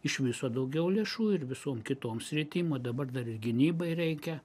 iš viso daugiau lėšų ir visom kitom sritim o dabar dar ir gynybai reikia